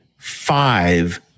five